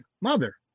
mother